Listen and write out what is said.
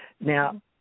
Now